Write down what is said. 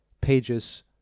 pages